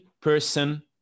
Person